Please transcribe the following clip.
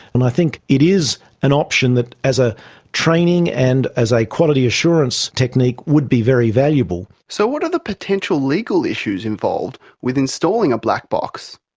and i think it is an option that as a training and as a quality assurance technique would be very valuable. so what are the potential legal issues involved with installing a black box?